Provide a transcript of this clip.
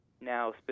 Now